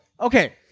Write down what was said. okay